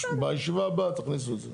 בישיבה הבאה תכניסו את זה.